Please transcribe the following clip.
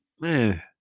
man